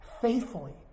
faithfully